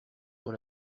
sur